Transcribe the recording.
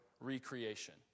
recreation